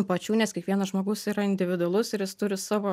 pačių nes kiekvienas žmogus yra individualus ir jis turi savo